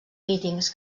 mítings